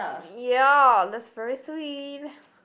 ya that's very sweet